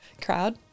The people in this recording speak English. Crowd